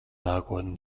nākotni